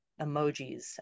Emojis